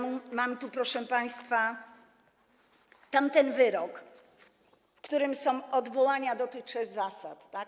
Mam tu, proszę państwa, tamten wyrok, w którym są odwołania do tych trzech zasad, tak?